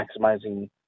maximizing